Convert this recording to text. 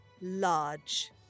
large